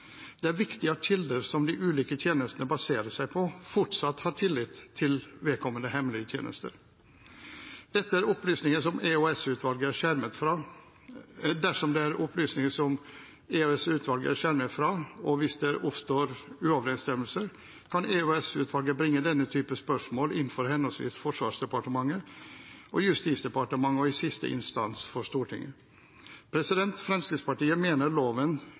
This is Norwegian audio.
Det er viktig at kilder som de ulike tjenestene baserer seg på, fortsatt har tillit til vedkommende hemmelige tjenester. Dersom det er opplysninger som EOS-utvalget er skjermet fra, og hvis det oppstår uoverensstemmelser, kan EOS-utvalget bringe denne typen spørsmål inn for henholdsvis Forsvarsdepartementet og Justis- og beredskapsdepartementet og, i siste instans, for Stortinget. Fremskrittspartiet mener loven